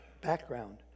background